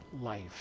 life